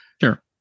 Sure